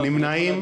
מי נמנע?